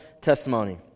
testimony